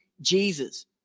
Jesus